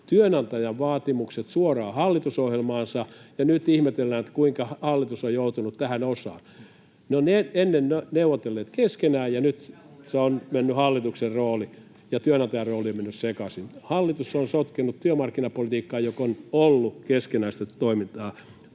työnantajan vaatimukset suoraan hallitusohjelmaansa, ja nyt ihmetellään, kuinka hallitus on joutunut tähän osaan. Ne ovat ennen neuvotelleet keskenään, ja nyt ovat hallituksen rooli ja työnantajan rooli menneet sekaisin. Hallitus on sotkeutunut työmarkkinapolitiikkaan, joka on ollut keskinäistä toimintaa